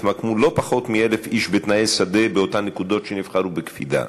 התמקמו לא פחות מ-1,000 איש בתנאי-שדה באותן נקודות שנבחרו בקפידה.